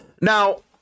Now